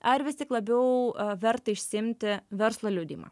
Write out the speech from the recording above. ar vis tik labiau verta išsiimti verslo liudijimą